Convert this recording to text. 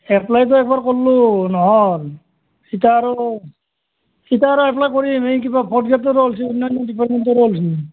এপ্লাইটো এবাৰ কৰিলোঁ নহ'ল এতিয়া আৰু ইতা আৰু এপ্লাই কৰিম এই কিবা ফ'ৰ্থ গ্ৰেডৰো ওলাইছে অন্যান্য ডিপাৰ্টমেন্টৰো ওলাইছে